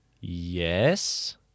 Yes